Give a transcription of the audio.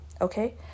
Okay